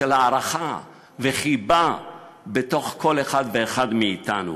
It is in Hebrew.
של הערכה וחיבה בתוך כל אחד ואחד מאתנו.